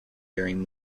during